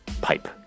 pipe